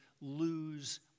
lose